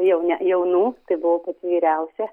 jau ne jaunų ta buvau pati vyriausia